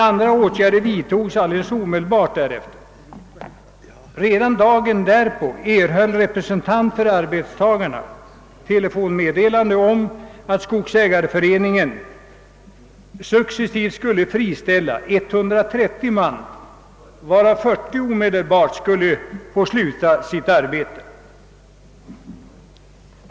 Redan dagen därpå erhöll emellertid en representant för arbetstagarna telefonmeddelande om att skogsägareföreningen successivt skulle friställa 130 man, varav 40 omedelbart skulle få sluta sitt arbete.